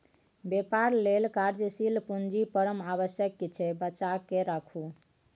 बेपार लेल कार्यशील पूंजी परम आवश्यक छै बचाकेँ राखू